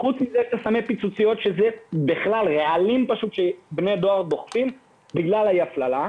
חוץ מסמי הפיצוציות שאלה בכלל רעלים שבני נוער דוחפים בגלל אי ההפללה.